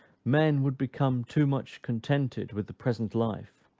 men would become too much contented with the present life,